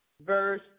verse